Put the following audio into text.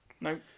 No